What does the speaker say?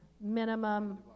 minimum